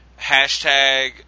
hashtag